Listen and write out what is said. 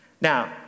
Now